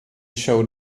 show